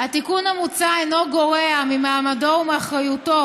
התיקון המוצע אינו גורע ממעמדו ומאחריותו